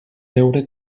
veure